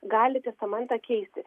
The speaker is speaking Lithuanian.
gali testamentą keisti